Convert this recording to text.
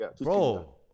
Bro